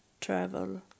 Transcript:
travel